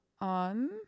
on